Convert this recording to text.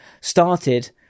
started